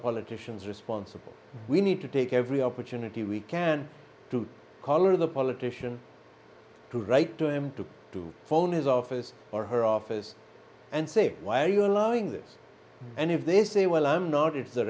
politicians responsible we need to take every opportunity we can to collar the politician to write to him to to phone his office or her office and say why are you allowing this and if they say well i'm not if the